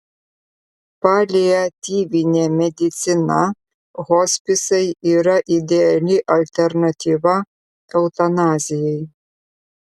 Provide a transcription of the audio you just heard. paliatyvinė medicina hospisai yra ideali alternatyva eutanazijai